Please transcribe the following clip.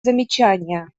замечания